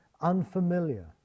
unfamiliar